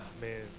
man –